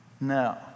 No